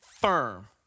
firm